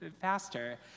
faster